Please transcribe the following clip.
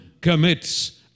commits